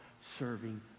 serving